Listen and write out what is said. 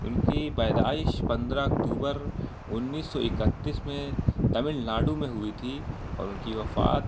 ان کی پیدائش پندرہ اکتوبر انیس سو اکتیس میں تمل ناڈو میں ہوئی تھی اور ان کی وفات